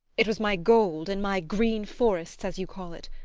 it was my gold, and my green forests, as you call it.